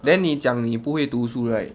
then 你讲你不会读书 right